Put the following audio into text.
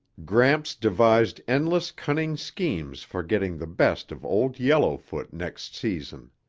gramps devised endless cunning schemes for getting the best of old yellowfoot next season.